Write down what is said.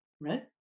right